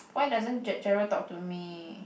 why doesn't Ge~ Gerald talk to me